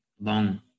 long